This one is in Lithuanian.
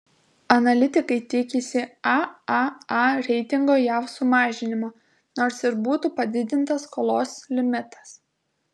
analitikai tiksi aaa reitingo jav sumažinimo nors ir būtų padidintas skolos limitas